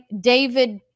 David